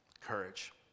Courage